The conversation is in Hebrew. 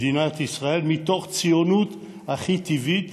מדינת ישראל, מתוך הציונות הכי טבעית